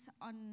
on